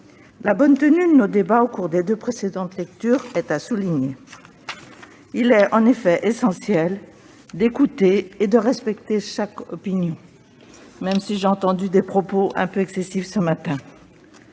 La bonne tenue de nos débats au cours des deux précédentes lectures est à souligner. Il est en effet essentiel d'écouter et de respecter chaque opinion, même si j'ai entendu des propos un peu excessifs ce matin.